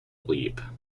leap